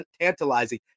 tantalizing